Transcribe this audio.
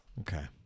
Okay